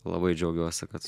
labai džiaugiuosi kad